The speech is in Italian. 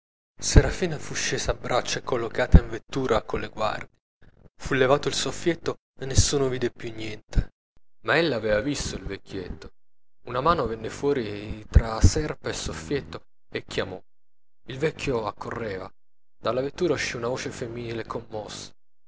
spalle serafina fu scesa a braccia e collocata in vettura con le guardie fu levato il soffietto e nessuno più vide niente ma ella aveva visto il vecchietto una mano venne fuori tra serpa e soffietto e chiamò il vecchio accorreva dalla vettura uscì una voce femminile commossa